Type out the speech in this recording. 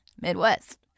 Midwest